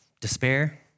despair